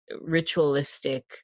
ritualistic